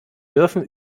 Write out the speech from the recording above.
dürfen